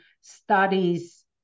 studies